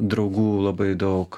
draugų labai daug